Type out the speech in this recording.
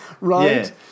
Right